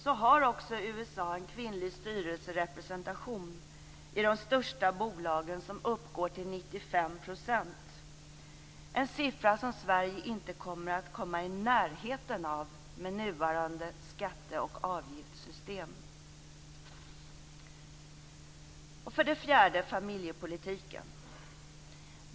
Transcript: Så har också USA en kvinnlig styrelserepresentation i de största bolagen som uppgår till 95 %- en siffra som Sverige inte kommer att komma i närheten av med nuvarande skatte och avgiftssystem. För det fjärde gäller det familjepolitiken.